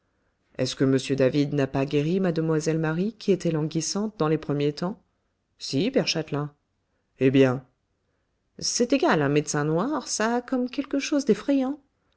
est-ce que m david n'a pas guéri mlle marie qui était languissante dans les premiers temps si père châtelain eh bien c'est égal un médecin noir ça a comme quelque chose d'effrayant